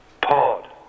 Pod